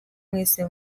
mwese